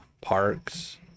parks